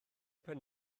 pen